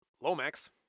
Lomax